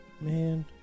Man